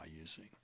using